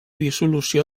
dissolució